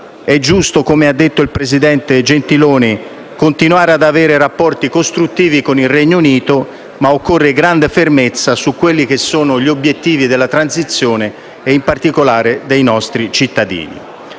è giusto, come ha detto il presidente Gentiloni Silveri, continuare ad avere rapporti costruttivi con il Regno Unito, ma occorre grande fermezza sugli obiettivi della transizione, in particolare per i nostri cittadini.